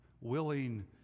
willing